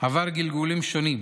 עבר גלגולים שונים,